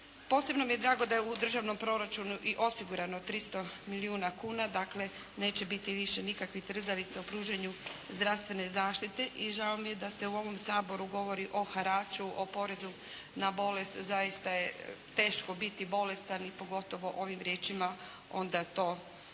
Posebno mi je drago da je u državnom proračunu i osigurano 300 milijuna kuna. Dakle, neće biti više nikakvih trzavica u pružanju zdravstvene zaštite i žao mi je da se u ovom Saboru govori o haraču, o porezu na bolest. Zaista je teško biti bolestan i pogotovo ovim riječima